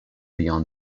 beyond